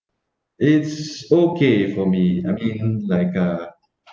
it's okay for me I mean like uh